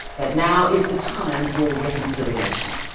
that now is the time for reconciliation.